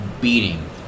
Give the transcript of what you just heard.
beating